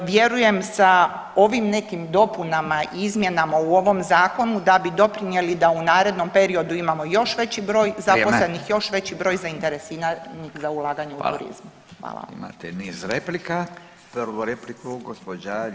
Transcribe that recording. Vjerujem sa ovim nekim dopunama i izmjenama u ovom zakonu da bi doprinijeli da u narednom periodu imamo još veći broj zaposlenih [[Upadica Radin: Vrijeme.]] još veći broj zainteresiranih za ulaganje u turizmu.